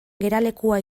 geralekua